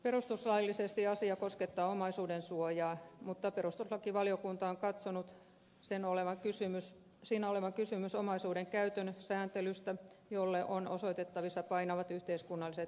perustuslaillisesti asia koskettaa omaisuudensuojaa mutta perustuslakivaliokunta on katsonut siinä olevan kysymys omaisuuden käytön sääntelystä jolle on osoitettavissa painavat yhteiskunnalliset perusteet